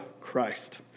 Christ